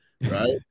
right